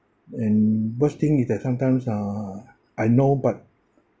and worst thing is that sometimes uh I know but